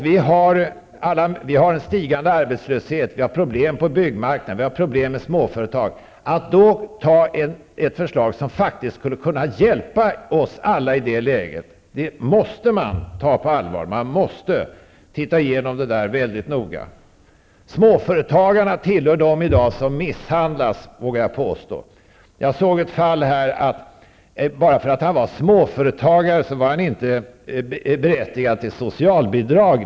Vi har stigande arbetslöshet, vi har problem på byggmarknaden, vi har problem med småföretag. Ett förslag som faktiskt skulle hjälpa oss alla i det läget -- det måste man ta på allvar och se på mycket noga. Småföretagarna tillhör dem som i dag misshandlas, vågar jag påstå. Jag såg ett fall: Bara för att en person var småföretagare var han inte berättigad till socialbidrag.